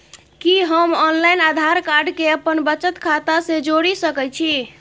कि हम online Aadhaar card के अपन बचत खाता से जोरि सकै छी?